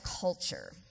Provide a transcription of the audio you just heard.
culture